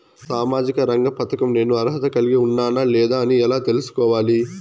సామాజిక రంగ పథకం నేను అర్హత కలిగి ఉన్నానా లేదా అని ఎలా తెల్సుకోవాలి?